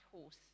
horse